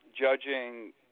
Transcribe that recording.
judging